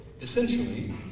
essentially